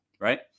right